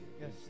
yes